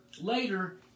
later